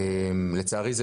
לצערי הרב,